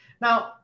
Now